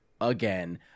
again